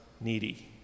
needy